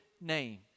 name